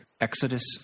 Exodus